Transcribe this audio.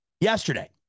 yesterday